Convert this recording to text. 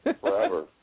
forever